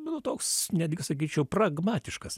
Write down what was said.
nu toks netgi sakyčiau pragmatiškas